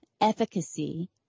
efficacy